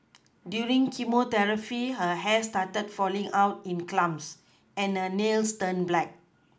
during chemotherapy her hair started falling out in clumps and her nails turned black